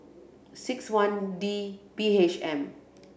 six one D B H M